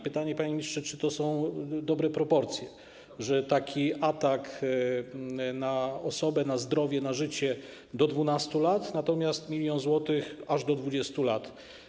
Pytanie, panie ministrze, czy to są dobre proporcje, że taki atak na osobę, na zdrowie, na życie - do 12 lat, natomiast 1 mln zł - aż do 20 lat.